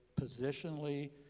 positionally